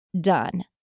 done